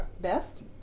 Best